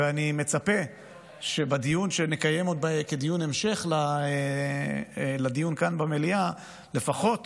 ואני מצפה שבדיון שנקיים כדיון המשך לדיון כאן במליאה לפחות